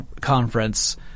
conference –